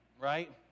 right